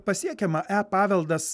pasiekiama e paveldas